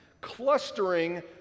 clustering